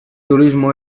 turismo